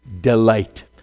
delight